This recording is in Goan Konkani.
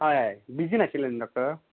हय हय बिझी नाशिल्ले न्हू डॉक्टर